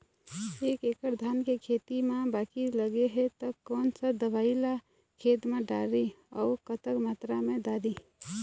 एक एकड़ धान के खेत मा बाकी लगे हे ता कोन सा दवई ला खेत मा डारी अऊ कतक मात्रा मा दारी?